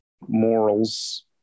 morals